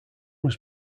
was